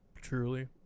Truly